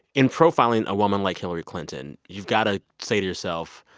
in profiling a woman like hillary clinton, you've got to say to yourself,